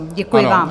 Děkuji vám.